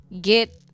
get